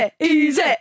easy